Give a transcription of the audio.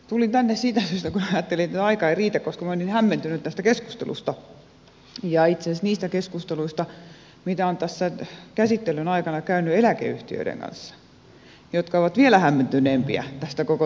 tulin tänne puhujakorokkeelle siitä syystä kun ajattelin että tuo aika ei riitä koska minä olen niin hämmentynyt tästä keskustelusta ja itse asiassa niistä keskusteluista joita on tässä käsittelyn aikana käyty eläkeyhtiöiden kanssa jotka ovat vielä hämmentyneempiä tästä koko tilanteesta